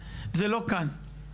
זה לא כאן.